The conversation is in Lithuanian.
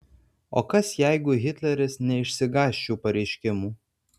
o kas jeigu hitleris neišsigąs šių pareiškimų